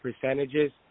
percentages